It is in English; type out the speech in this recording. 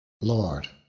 Lord